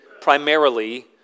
primarily